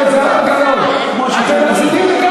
אני שואלת אותך